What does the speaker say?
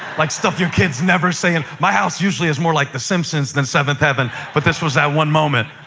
like, stuff your kids never say. and my house usually is more like the simpsons than seventh heaven, but this was that one moment.